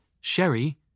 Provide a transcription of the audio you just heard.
Sherry